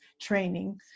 training